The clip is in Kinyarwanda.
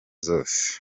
zose